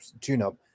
tune-up